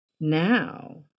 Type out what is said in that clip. now